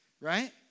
right